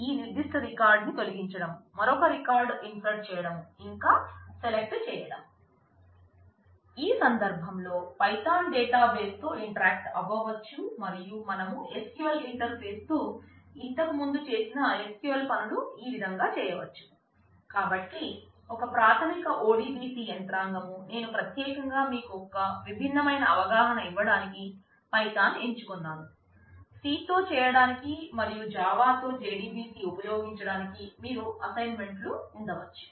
ఈ సందర్భంలో Python database తో ఇంటరాక్ట్ అవ్వవచ్చు మరియు మనం SQL ఇంటర్ఫేస్ లో JDBC ఉపయోగించడానికి మీకు అసైన్ మెంట్ లు ఉండవచ్చు